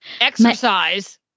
exercise